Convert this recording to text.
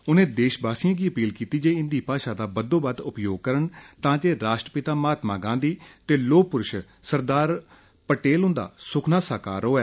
उनें देशवासियें गी अपील कीती जे हिन्दी भाषा दा बद्दोबद उपयोग करण तां जे राष्ट्रपिता महात्मा गांधी ते लोह् पुरूष सरदार पटेल हुन्दा सुखना साकार होए